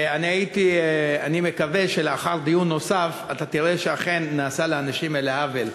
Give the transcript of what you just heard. ואני מקווה שלאחר דיון נוסף תראה שאכן נעשה לאנשים האלה עוול.